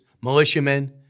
militiamen